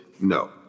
No